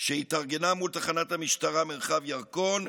שהתארגנה מול תחנת המשטרה מרחב ירקון,